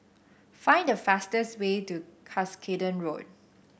find the fastest way to Cuscaden Road